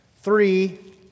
Three